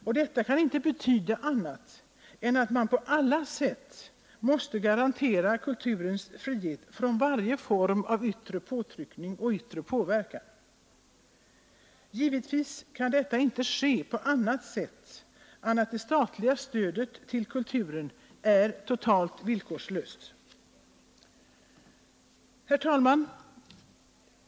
Och detta kan inte betyda annat än att man på alla sätt måste garantera kulturens frihet från varje form av yttre påtryckning och påverkan. Givetvis kan detta inte ske på annat sätt än att det statliga stödet till kulturen är totalt villkorslöst. Herr talman!